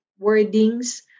wordings